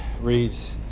reads